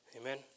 Amen